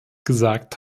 gesagt